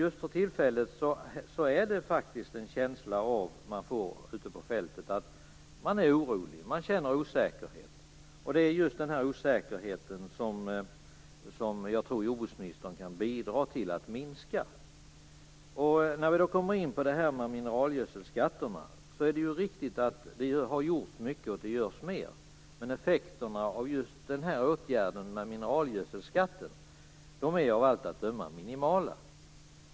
Just nu får man faktiskt en känsla av att man ute på fältet är orolig, man känner osäkerhet. Det är just den osäkerheten som jag tror att jordbruksministern kan bidra till att minska. När vi kommer in på frågan om mineralgödselskatterna är det ju riktigt att det har gjorts mycket. Men effekten av just åtgärden med mineralgödselskatten är av allt att döma minimal.